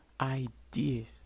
ideas